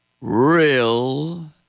real